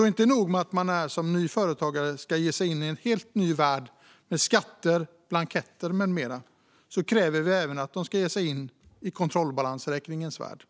Inte nog med att nya företagare ska ge sig in i en helt ny värld med skatter, blanketter med mera - det krävs även att de ska ge sig in i kontrollbalansräkningens värld.